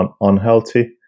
unhealthy